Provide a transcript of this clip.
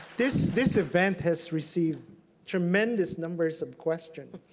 this this event has received tremendous numbers of questions.